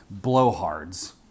blowhards